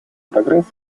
прогресс